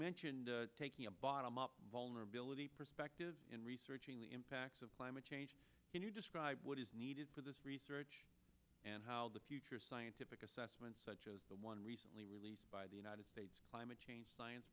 mentioned taking a bottom up vulnerability perspective in researching the impacts of climate change can you describe what is needed for this research and how the future scientific assessment such as the one recently released by the united states climate change science